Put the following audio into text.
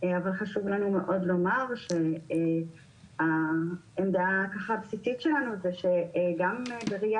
אבל חשוב לנו מאוד לומר שהעמדה הבסיסית שלנו זה שגם בראיה